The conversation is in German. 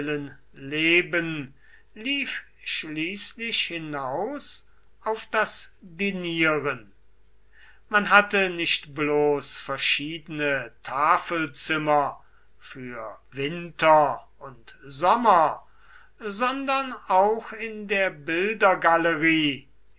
lief schließlich hinaus auf das dinieren man hatte nicht bloß verschiedene tafelzimmer für winter und sommer sondern auch in der bildergalerie